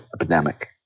epidemic